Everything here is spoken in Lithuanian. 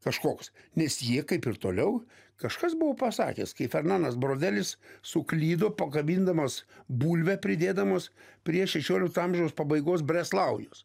kažkoks nes jie kaip ir toliau kažkas buvo pasakęs kai fernanas brovelis suklydo pakabindamas bulvę pridėdamas prie šešiolikto amžiaus pabaigos breslaujos